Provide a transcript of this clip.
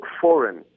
foreign